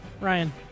Ryan